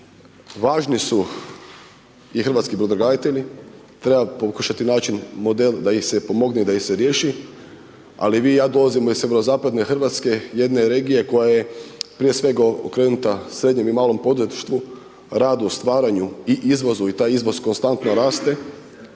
Važni su i hrvatski brodograditelji, treba pokušati naći model da ih se pomogne, da ih se riješi, ali vi i ja dolazimo iz sjeverozapadne Hrvatske, jedne regije koja je prije svega okrenuta srednjem i malom poduzetništvu, radu, stvaranju i izvozu i taj izvoz konstantno raste